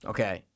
Okay